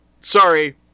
Sorry